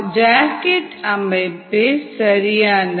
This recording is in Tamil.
ஜாக்கெட் அமைப்பே சரியானது